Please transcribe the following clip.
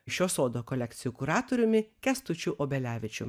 šio sodo kolekcijų kuratoriumi kęstučiu obelevičium